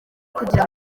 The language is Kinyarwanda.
kugira